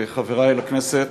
חברי לכנסת,